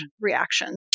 reaction